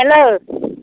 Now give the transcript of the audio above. hello